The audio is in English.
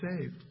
saved